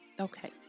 okay